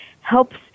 helps